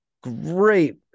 great